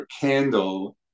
candle